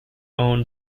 own